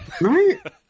Right